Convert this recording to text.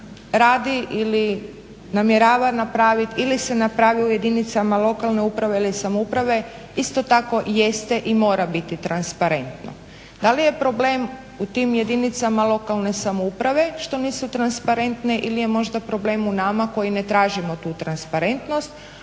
radi ili namjerava napraviti ili se napravi u jedinicama lokalne uprave ili samouprave isto tako jeste i mora biti transparentno. Da li je problem u tim jedinicama lokalne samouprave što nisu transparentne ili je možda problem u nama koji ne tražimo tu transparentnost